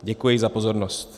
Děkuji za pozornost.